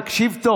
תקשיב.